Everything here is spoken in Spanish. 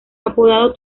apodado